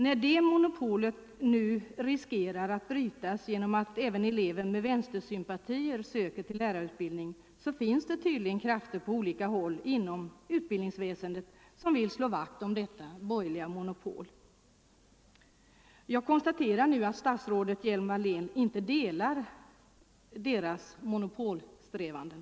När det monopolet nu riskerar att brytas genom att även elever med vänstersympatier söker till lärarutbildningen finns det tydligen krafter på olika håll inom utbildningsväsendet som vill slå vakt om detta borgerliga monopol. Jag konstaterar nu att statsrådet Hjelm-Wallén inte delar dessa monopolsträvanden.